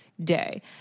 day